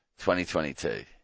2022